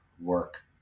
work